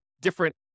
different